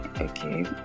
okay